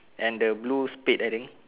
and the blue spade I think